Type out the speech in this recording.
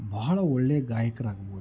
ಬಹಳ ಒಳ್ಳೆಯ ಗಾಯಕರಾಗ್ಬೋದು